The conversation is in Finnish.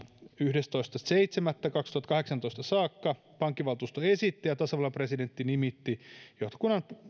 yhdestoista seitsemättä kaksituhattakahdeksantoista saakka pankkivaltuusto esitti ja tasavallan presidentti nimitti johtokunnan